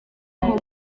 aho